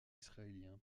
israélien